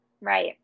Right